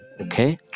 okay